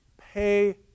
pay